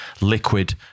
liquid